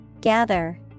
Gather